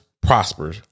prosper